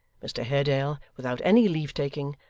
mr haredale, without any leave-taking,